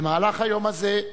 במהלך היום הזה,